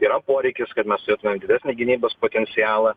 yra poreikis kad mes turėtumėm didesnį gynybos potencialą